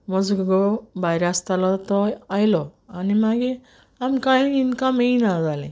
म्हूज घोव भायर आसतालो तो आयलो आनी मागीर आमक कांय इन्कम येना जालें